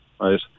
right